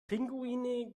pinguine